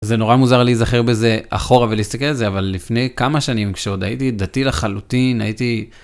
זה נורא מוזר להיזכיר בזה אחורה ולהסתכל על זה אבל לפני כמה שנים כשעוד הייתי דתי לחלוטין הייתי.